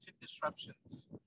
disruptions